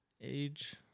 age